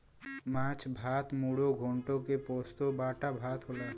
माछ भात मुडो घोन्टो के पोस्तो बाटा भात होला